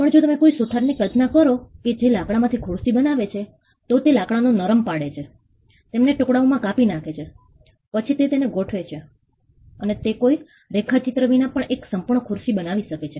હવે જો તમે કોઈ સુથારની કલ્પના કરો કે જે લાકડામાંથી ખુરશી બનાવે છે તો તે લાકડાને નરમ પાડે છે તેમને ટુકડાઓમાં કાપી નાખે છે પછી તે તેમને ગોઠવે છે અને તે કોઈ રેખાચિત્ર વિના પણ એક સંપૂર્ણ ખુરશી બનાવી શકે છે